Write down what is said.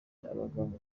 abaganga